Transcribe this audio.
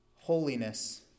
holiness